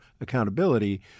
accountability